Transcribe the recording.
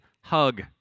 hug